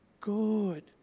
good